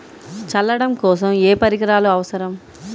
చల్లడం కోసం ఏ పరికరాలు అవసరం?